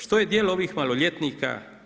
Što je djelo ovih maloljetnika?